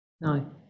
no